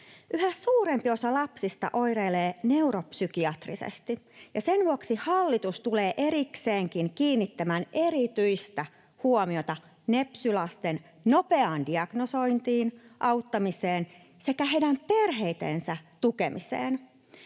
Yhä suurempi osa lapsista oireilee neuropsykiatrisesti, ja sen vuoksi hallitus tulee erikseenkin kiinnittämään erityistä huomiota nepsy-lasten nopeaan diagnosointiin, auttamiseen sekä heidän perheittensä tukemiseen.